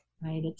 right